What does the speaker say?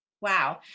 Wow